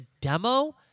demo